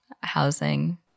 housing